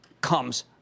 comes